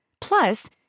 Plus